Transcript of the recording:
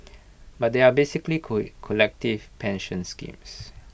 but they are basically collective pension schemes